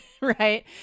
right